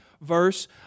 verse